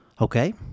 Okay